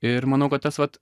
ir manau kad tas vat